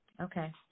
Okay